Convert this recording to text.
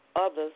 others